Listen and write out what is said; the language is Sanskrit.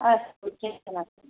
अस्तु चिन्ता नास्ति